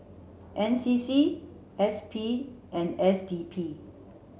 N C C S P and S D P